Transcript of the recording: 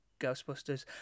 Ghostbusters